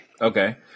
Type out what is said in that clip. Okay